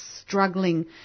struggling